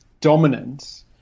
dominance